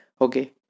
okay